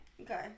Okay